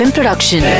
Production